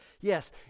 yes